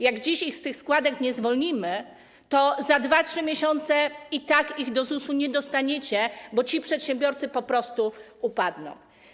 Jak dziś ich z tych składek nie zwolnimy, to za dwa, trzy miesiące ZUS i tak ich nie dostanie, bo ci przedsiębiorcy po prostu upadną.